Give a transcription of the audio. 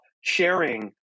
sharing